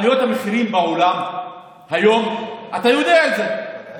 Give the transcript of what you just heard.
עליות המחירים בעולם היום, אתה יודע את זה, ודאי.